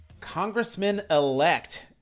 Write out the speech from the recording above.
Congressman-elect